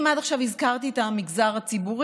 אם עד עכשיו הזכרתי את המגזר הציבורי,